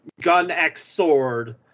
Gun-X-Sword